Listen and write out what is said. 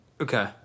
Okay